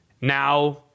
now